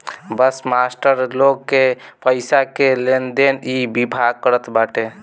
सब मास्टर लोग के पईसा के लेनदेन इ विभाग करत बाटे